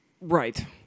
Right